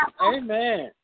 Amen